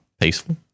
peaceful